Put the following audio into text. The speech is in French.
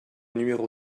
numéro